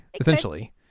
essentially